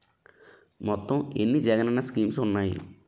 మొత్తం ఎన్ని జగనన్న స్కీమ్స్ ఉన్నాయి?